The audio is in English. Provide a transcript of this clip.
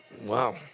Wow